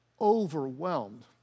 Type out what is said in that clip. overwhelmed